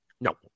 No